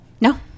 No